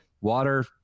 water